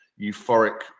euphoric